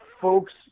folks